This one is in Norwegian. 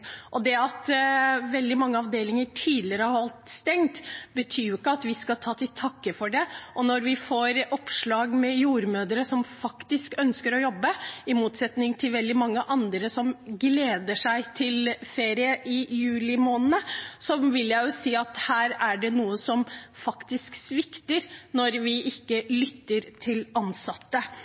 og det at veldig mange avdelinger tidligere har holdt stengt, betyr ikke at vi skal ta til takke med det. Og når vi får oppslag om jordmødre som faktisk ønsker å jobbe, i motsetning til veldig mange andre som gleder seg til ferie i juli måned, vil jeg si at her er det noe som faktisk svikter, når vi ikke lytter til ansatte.